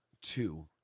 two